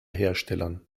herstellern